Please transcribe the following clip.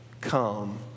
Come